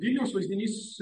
vilniaus vaizdinys